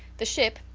the ship,